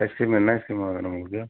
ice cream என்ன ice cream வேணும் உங்களுக்கு